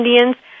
Indians